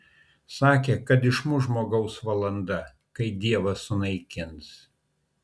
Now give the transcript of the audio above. sakė kad išmuš žmogaus valanda kai dievas sunaikins